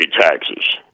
taxes